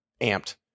amped